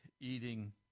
eating